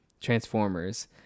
transformers